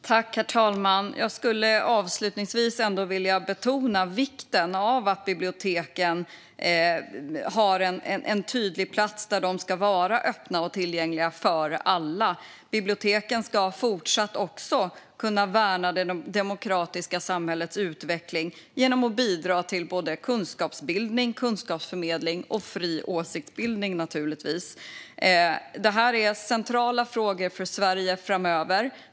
Herr talman! Jag skulle avslutningsvis ändå vilja betona vikten av att biblioteken har en tydlig roll där de ska vara öppna och tillgängliga för alla. Biblioteken ska fortsatt också kunna värna det demokratiska samhällets utveckling genom att bidra till kunskapsbildning, kunskapsförmedling och fri åsiktsbildning. Detta är centrala frågor för Sverige framöver.